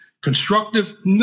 constructive